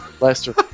Lester